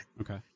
okay